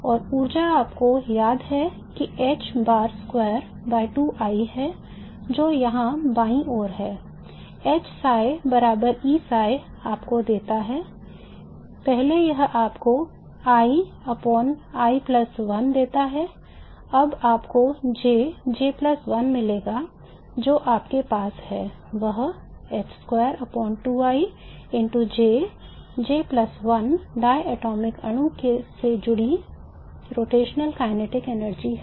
और ऊर्जा आपको याद है कि h bar square by 2I है जो यहां बाईं ओर है H psi बराबर E psi आपको देता है पहले यह आपको I मिलेगा जो आपके पास है वह डायटोमिक अणु से जुड़ी rotational kinetic energy है